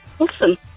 Awesome